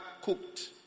cooked